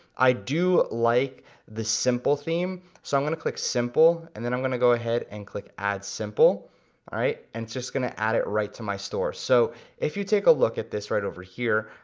i do like the simple theme so i'm gonna click simple, and then i'm gonna go ahead and click add simple right, and it's just gonna add it right to my store. so if you take a look at this right over here,